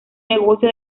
negocio